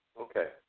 Okay